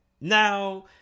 now